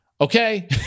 okay